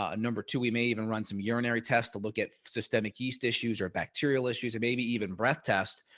ah number two, we may even run some urinary tests to look at systemic yeast issues or bacterial issues or maybe even breath tests.